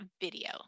video